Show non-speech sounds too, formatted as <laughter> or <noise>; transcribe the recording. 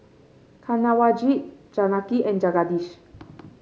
Kanwaljit Janaki and Jagadish <noise>